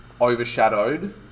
overshadowed